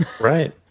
Right